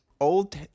old